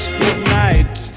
goodnight